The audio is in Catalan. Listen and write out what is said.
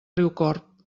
riucorb